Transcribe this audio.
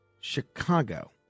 Chicago